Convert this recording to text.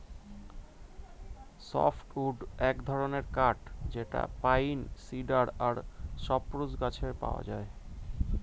soft wood এক ধরনের কাঠ যেটা পাইন, সিডার আর সপ্রুস গাছে পাওয়া যায়